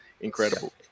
incredible